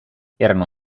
erano